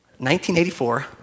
1984